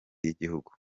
y’igihugu